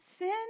Sin